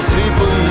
people